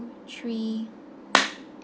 three